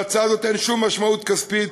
להצעה זאת אין שום משמעות כספית,